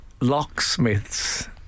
locksmiths